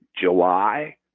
July